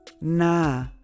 Nah